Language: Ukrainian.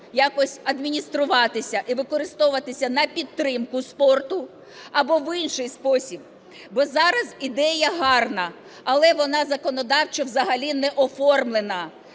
якось адмініструватися і використовуватися на підтримку спорту, або в інший спосіб. Бо зараз ідея гарна, але вона законодавчо взагалі не оформлена,